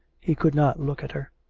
he could not look at her.